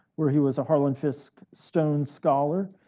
where he was a harlan fiske stone scholar.